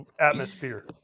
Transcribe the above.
atmosphere